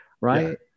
Right